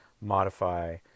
modify